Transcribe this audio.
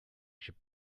should